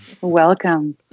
Welcome